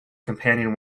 companion